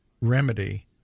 remedy